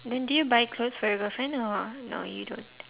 then do you buy clothes for your girlfriend or no you don't